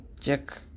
check